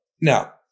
Now